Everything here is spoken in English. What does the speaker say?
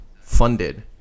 funded